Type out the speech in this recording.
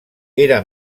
era